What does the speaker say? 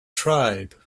tribe